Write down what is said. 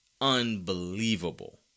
unbelievable